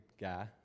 guy